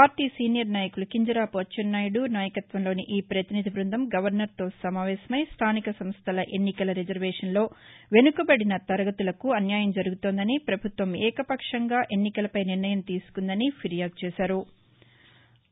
party senior నాయకులు కింజరాపు అచ్చెన్నాయుడు నాయకత్వంలోని ఈ ప్రతినిధి బృందం గవర్నర్తో సమావేశమై స్థానిక సంస్థల ఎన్నికల రిజర్వేషన్లో వెనుకబడిన తరగతులకు అన్యాయం జరుగుతోందని ప్రభుత్వం ఏక పక్షంగా ఎన్నికలపై నిర్ణయం తీసుకుందని ఫిర్యాదు చేశారు